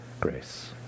grace